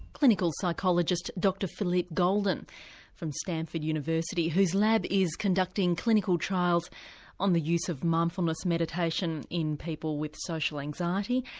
clinical psychologist dr phillipe goldin from stanford university whose lab is conducting clinical trials on the use of mindfulness meditation in people with social anxiety,